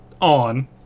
on